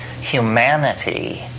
humanity